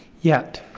yet,